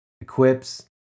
equips